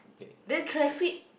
then traffic